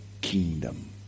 kingdom